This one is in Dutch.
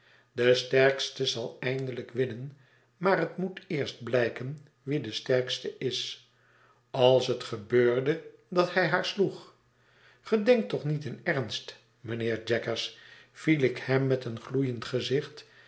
de sterkste zal eindelijk winnen maar het moet eerst blijken wie de sterkste is als het gebeurde dat hij haar sloeg ge denkt toch niet in ernst mijnheer jaggers viel ik hem met een gloeiend gezicht